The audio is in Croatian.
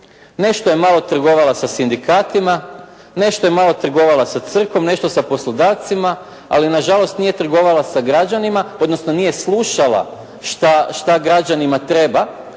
Nešto je malo trgovala sa sindikatima, nešto je malo trgovala sa crkvom, nešto sa poslodavcima, ali nažalost nije trgovala sa građanima, odnosno nije slušala što građanima treba